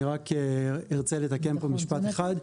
אני רק ארצה לתקן פה משפט אחד,